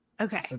Okay